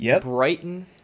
Brighton